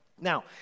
Now